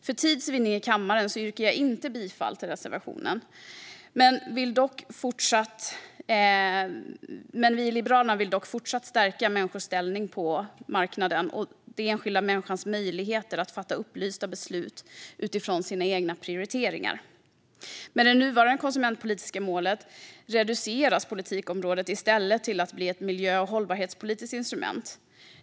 För tids vinnande i kammaren yrkar jag inte bifall till reservationen, men vi i Liberalerna vill även fortsättningsvis stärka människors ställning på marknaden och den enskilda människans möjligheter att fatta upplysta beslut utifrån sina egna prioriteringar. Med det nuvarande konsumentpolitiska målet reduceras politikområdet i stället till att bli ett miljö och hållbarhetspolitiskt instrument.